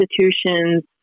institutions